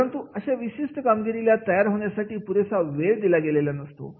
परंतु अशा विशिष्ट कामगिरीला तयार होण्यासाठी पुरेसा वेळ दिला गेलेला नसतो